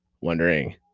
wondering